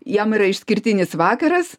jam yra išskirtinis vakaras